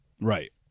Right